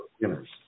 beginners